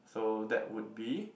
so that would be